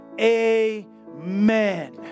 Amen